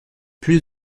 plus